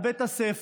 על בית הספר,